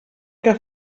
que